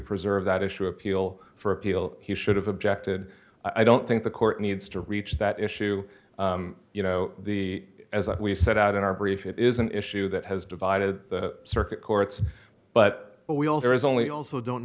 preserve that issue appeal for appeal he should have objected i don't think the court needs to reach that issue you know the as we set out in our brief it is an issue that has divided the circuit courts but what we all there is only also don't